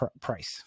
price